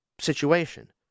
situation